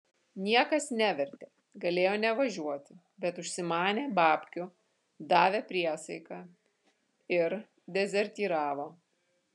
niekas nevertė galėjo nevažiuoti bet užsimanė babkių davė priesaiką ir dezertyravo